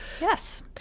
Yes